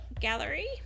gallery